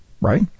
right